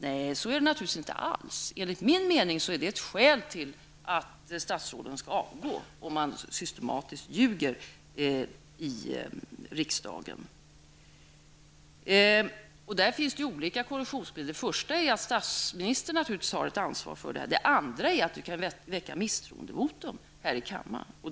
Nej, så är det naturligtvis inte. Enligt min mening är det ett skäl för krav på avgång om ett statsråd systematiskt ljuger i riksdagen. Där finns det ju olika korrektionsmedel. Det första är att statsministern naturligtvis har ett ansvar för detta. Det andra är att man kan väcka misstroendevotum här i kammaren.